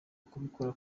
kubikora